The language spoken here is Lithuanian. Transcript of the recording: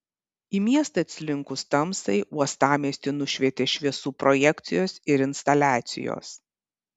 į miestą atslinkus tamsai uostamiestį nušvietė šviesų projekcijos ir instaliacijos